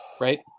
right